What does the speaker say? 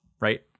right